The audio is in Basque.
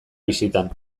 bisitan